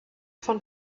von